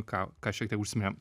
ką ką šiek tiek užsiminėm